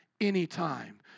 Anytime